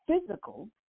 physical